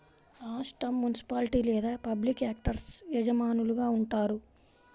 రాష్ట్రం, మునిసిపాలిటీ లేదా పబ్లిక్ యాక్టర్స్ యజమానులుగా ఉంటారు